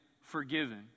forgiven